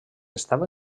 estava